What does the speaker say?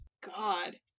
god